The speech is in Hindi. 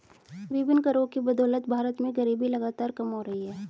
विभिन्न करों की बदौलत भारत में गरीबी लगातार कम हो रही है